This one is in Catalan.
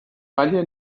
palla